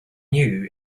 new